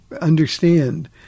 understand